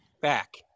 back